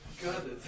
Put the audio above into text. God